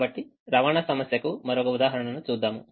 కాబట్టి రవాణా సమస్య కు మరొక ఉదాహరణను చూద్దాము